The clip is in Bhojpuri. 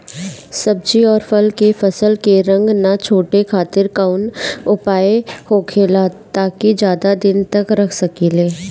सब्जी और फल के फसल के रंग न छुटे खातिर काउन उपाय होखेला ताकि ज्यादा दिन तक रख सकिले?